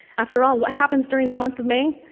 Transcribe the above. after all, what happens during the month of may?